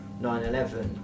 9-11